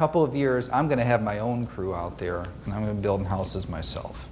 couple of years i'm going to have my own crew out there and i'm going to build houses myself